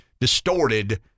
distorted